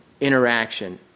interaction